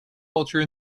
culture